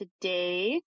today